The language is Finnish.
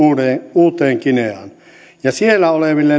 uuteen guineaan ja siellä olevilla